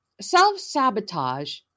self-sabotage